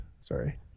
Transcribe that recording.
Sorry